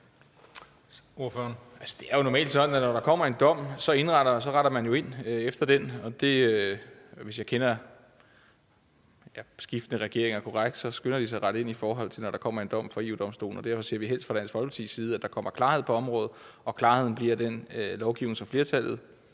Det er jo normalt sådan, at når der kommer en dom, retter man ind efter den. Og hvis jeg kender skiftende regeringer korrekt, skynder de sig at rette ind, når der kommer en dom fra EU-Domstolen. Derfor ser vi helst fra Dansk Folkepartis side, at der kommer klarhed på området. Klarheden bliver så gennem den lovgivning, som flertallet